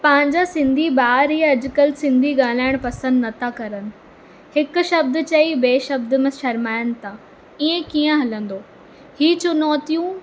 पंहिंजा सिंधी ॿार ई अॼुकल्ह सिंधी ॻाल्हाइण पसंदि नथा करनि हिकु शब्द चई ॿिए शब्द में शर्माइनि था इएं कीअं हलंदो ई चुनौतियूं